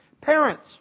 Parents